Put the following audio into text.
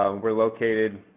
ah we're located,